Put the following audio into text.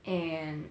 and